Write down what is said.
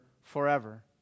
forever